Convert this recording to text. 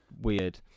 weird